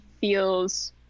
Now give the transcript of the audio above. feels